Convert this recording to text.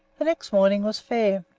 the next morning was fair.